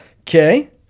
Okay